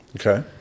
Okay